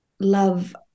love